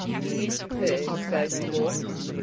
do you prefer ghost-walks?